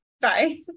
Bye